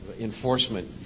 enforcement